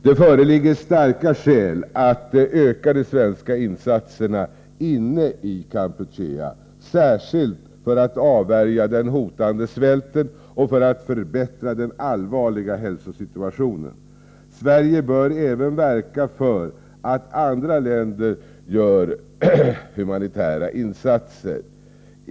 Det föreligger starka skäl för att öka de svenska insatserna inne i Kampuchea, särskilt i syfte att avvärja den hotande svälten och att förbättra den allvarliga hälsosituationen. Vidare bör Sverige verka för att även andra länder gör humanitära insatser.